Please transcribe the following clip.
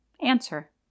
Answer